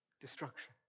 Destruction